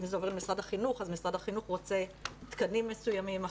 אם זה עובר למשרד החינוך אז משרד החינוך רוצה תקנים אחרים,